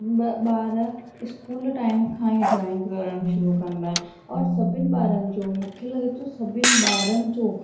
ॿ ॿार school time खां ई ड्राइंग करणु शुरू कंदा आहिनि और सभिनि ॿारनि जो मूंखे लॻे थो सभिनि ॿारनि जो